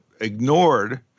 ignored